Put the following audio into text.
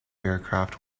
aircraft